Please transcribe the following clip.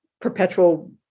perpetual